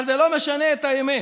אבל זה לא משנה את האמת,